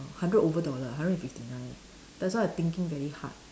hundred over dollar hundred and fifty nine eh that's why I thinking very hard